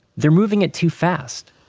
they're moving it too fast.